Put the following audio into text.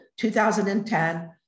2010